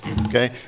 okay